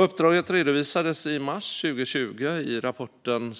Uppdraget redovisades i mars 2020 i rapporten